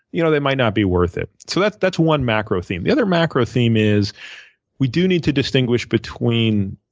you know they might not be worth it. so that's that's one macro theme. the other macro theme is we do need to distinguish between,